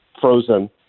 frozen